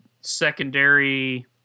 secondary